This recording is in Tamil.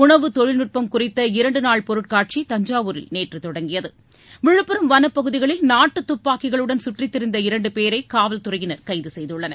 உணவு தொழில்நுட்பம் குறித்த இரண்டு நாள் பொருட்காட்சி தஞ்சாவூரில் நேற்று தொடங்கியது விழுப்புரம் வனப்பகுதிகளில் நாட்டு துப்பாக்கிகளுடன் சுற்றித்திரிந்த இரண்டு பேரை காவல்துறையினர் கைது செய்துள்ளனர்